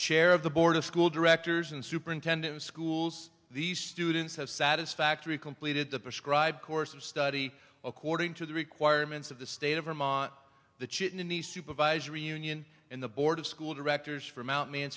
chair of the board of school directors and superintendent schools these students have satisfactory completed the prescribed course of study according to the requirements of the state of vermont the chip in the supervisory union and the board of school directors from out man